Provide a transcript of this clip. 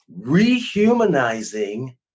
rehumanizing